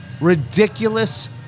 ridiculous